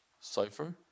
cipher